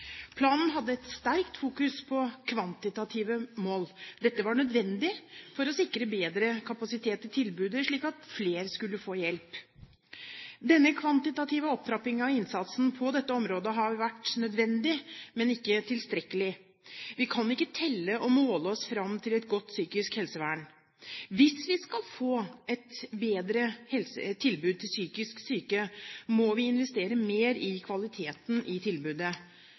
Planen hadde et sterkt fokus på kvantitative mål. Dette var nødvendig for å sikre bedre kapasitet i tilbudet, slik at flere skulle få hjelp. Denne kvantitative opptrapping av innsatsen på dette området har vært nødvendig, men ikke tilstrekkelig. Vi kan ikke telle og måle oss fram til et godt psykisk helsevern. Hvis vi skal få et bedre tilbud til psykisk syke, må vi investere mer i kvaliteten i tilbudet.